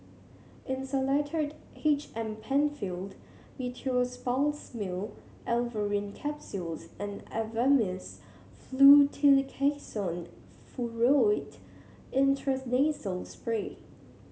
Insulatard H M Penfilled Meteospasmyl Alverine Capsules and Avamys Fluticasone Furoate Intranasal Spray